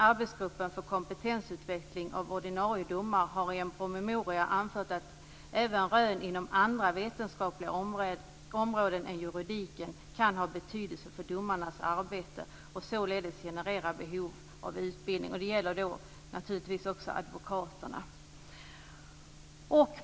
Arbetsgruppen för kompetensutveckling av ordinarie domare har i en promemoria anfört att även rön inom andra vetenskapliga områden än juridiken kan ha betydelse för domarnas arbete och således generera behov av utbildning. Det gäller då naturligtvis också advokaterna.